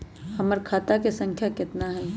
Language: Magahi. हमर खाता के सांख्या कतना हई?